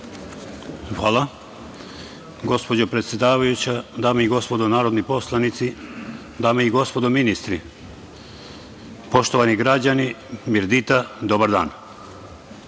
Hvala gospođo predsedavajuća. Dame i gospodo narodni poslanici, dame i gospodo ministri, poštovani građani, merdita, dobar